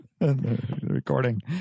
Recording